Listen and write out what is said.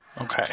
Okay